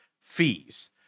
fees